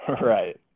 Right